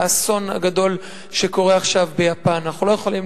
האסון הגדול שקורה עכשיו ביפן: אנחנו לא יכולים